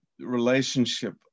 relationship